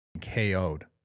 KO'd